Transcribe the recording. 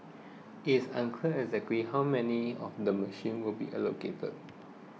it's unclear exactly how many of the machines will be allocated